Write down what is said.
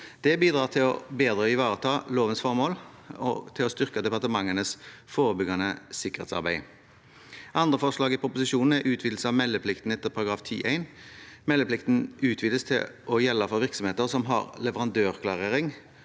Det bidrar til bedre å ivareta lovens formål og til å styrke departementenes forebyggende sikkerhetsarbeid. Andre forslag i proposisjonen er utvidelse av meldeplikten etter § 10-1. Meldeplikten utvides til å gjelde for virksomheter som har leverandørklarering,